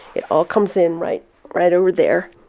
it all comes in right right over there.